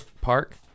park